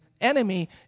enemy